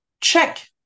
check